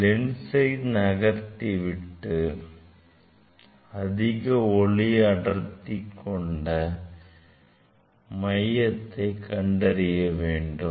L4 லென்சை நகர்த்திவிட்டு அதிக ஒளி அடர்த்தி மையத்தை கண்டறிய வேண்டும்